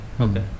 Okay